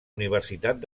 universitat